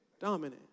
dominant